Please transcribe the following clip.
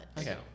okay